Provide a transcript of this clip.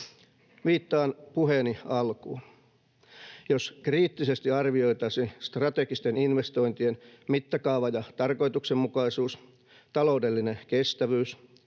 Viittaan puheeni alkuun: Jos kriittisesti arvioitaisiin strategisten investointien mittakaava ja tarkoituksenmukaisuus, taloudellinen kestävyys